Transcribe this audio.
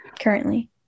currently